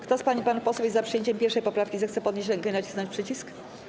Kto z pań i panów posłów jest za przyjęciem 1. poprawki, zechce podnieść rękę i nacisnąć przycisk.